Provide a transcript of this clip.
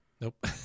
nope